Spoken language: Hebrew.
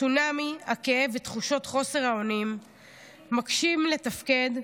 צונאמי הכאב ותחושת חוסר האונים מקשים לתפקד,